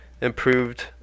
improved